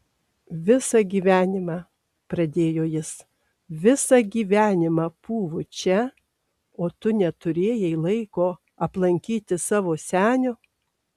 visą gyvenimą pradėjo jis visą gyvenimą pūvu čia o tu neturėjai laiko aplankyti savo senio